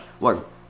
Look